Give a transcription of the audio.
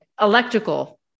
electrical